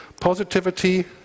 Positivity